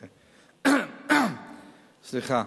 סליחה.